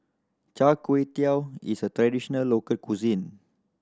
Char Kway Teow is a traditional local cuisine